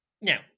Now